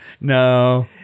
No